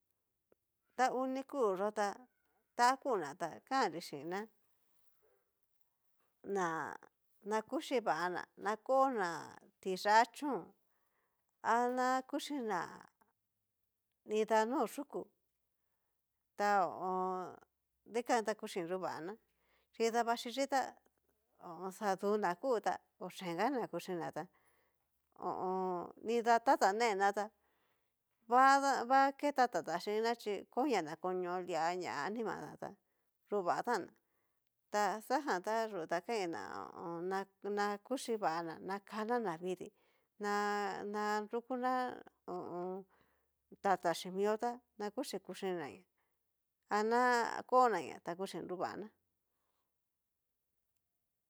Ta hú ni kú yo ta ta kuna na kanrí xhinna, na na kuxhi vana na kona tiyá chón, ana kuxhina nida nó yúku, ta ho o on. dikan ta kuxhi nruvaná, chí davaxhichí ta xaduna kú ta, ochengana kuxhina tá ho o on. nida tata nena tá va da va ke tata xhin'na chí konia na koño lia ñá animaná ta nruvatan ná ta xajantá yutakain ná ho o on. na nakuxhi vaná na kana navidii, na na nrukuná ho o on. tata xhi mió tá na kuxi kuxi nañá ana konaña ta kuxhí nruvaná.